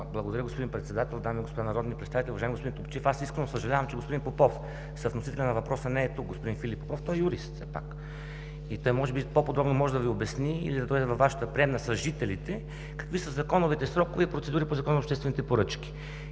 Благодаря, господин Председател! Дами и господа народни представители, уважаеми господин Топчиев, аз искрено съжалявам, че господин Филип Попов – съвносителят на въпроса, не е тук, а той все пак е юрист. Той може би по-подробно може да Ви обясни, или да дойде във Вашата приемна с жителите, какви са законовите срокове и процедури по Закона за обществените поръчки.